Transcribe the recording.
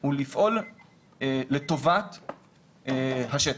הוא לפעול לטובת השטח.